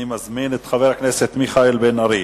אני מזמין את חבר הכנסת מיכאל בן-ארי.